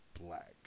black